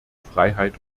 freiheit